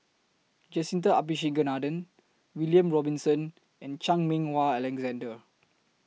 Jacintha Abisheganaden William Robinson and Chan Meng Wah Alexander